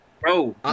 Bro